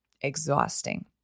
exhausting